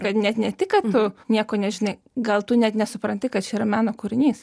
kad net ne tik tu nieko nežinai gal tu net nesupranti kad čia yra meno kūrinys